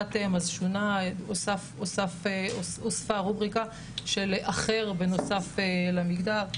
שונה - הוספה רובריקה של אחר למגדר.